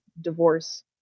divorce